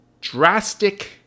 drastic